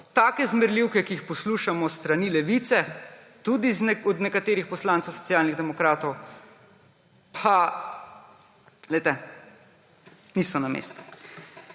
take zmerljivke, ki jih poslušamo s strani Levice, tudi od nekaterih poslancev Socialnih demokratov, pa niso na mestu.